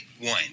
one